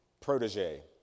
protege